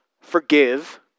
Forgive